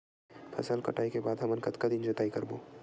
फसल कटाई के बाद हमन कतका दिन जोताई करबो?